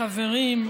חברים.